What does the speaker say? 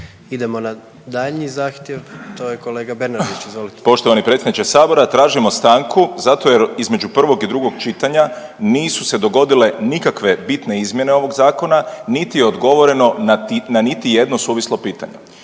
Idemo na daljnji zahtjev, to je kolega Bernardić. Izvolite. **Bernardić, Davor (Nezavisni)** Poštovani predsjedniče Sabora. Tražimo stanku zato jer između prvog i drugog čitanja nisu se dogodile nikakve bitne izmjene ovog zakona niti odgovoreno na niti jedno suvislo pitanje.